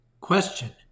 Question